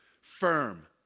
firm